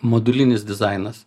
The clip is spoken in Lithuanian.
modulinis dizainas